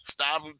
Stop